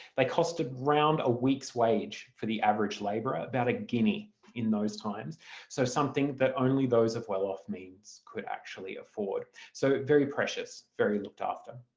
cost ah around a week's wage for the average labourer, ah about a guinea in those times so something that only those of well-off means could actually afford. so very precious, very looked after.